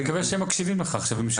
אני מקווה שהם מקשיבים לך עכשיו.